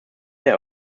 der